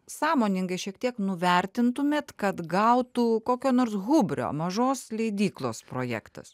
sąmoningai šiek tiek nuvertintumėt kad gautų kokio nors hubrio mažos leidyklos projektas